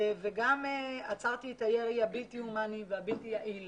גם עצרתי את הירי הבלתי הומני והבלתי יעיל